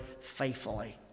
faithfully